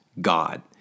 God